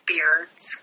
beards